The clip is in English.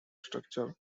structure